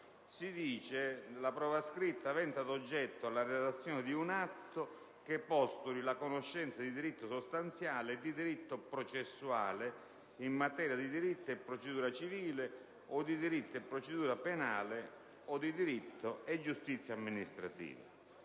"in una prova scritta avente ad oggetto la redazione di un atto che postuli la conoscenza di diritto sostanziale e di diritto processuale in materia di diritto e procedura civile o di diritto e procedura penale o di diritto e giustizia amministrativa".